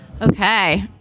Okay